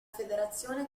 federazione